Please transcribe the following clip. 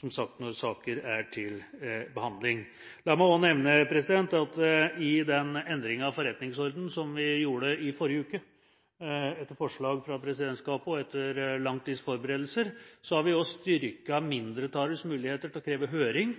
som sagt, når saker er til behandling. La meg også nevne at i den endringen av forretningsordenen som vi gjorde i forrige uke, etter forslag fra presidentskapet og etter lang tids forberedelser, har vi òg styrket mindretallets muligheter til å kreve høring